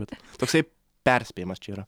bet toksai perspėjimas čia yra